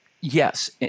yes